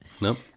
Nope